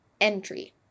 entry